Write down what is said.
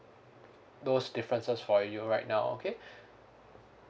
those differences for you right now okay